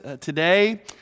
today